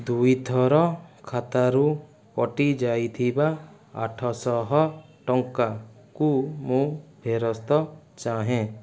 ଦୁଇଥର ଖାତାରୁ କଟିଯାଇଥିବା ଆଠଶହ ଟଙ୍କାକୁ ମୁଁ ଫେରସ୍ତ ଚାହେଁ